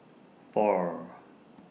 four